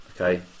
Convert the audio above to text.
Okay